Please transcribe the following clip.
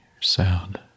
sound